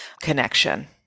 Connection